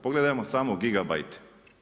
Pogledajmo samo gigabajte.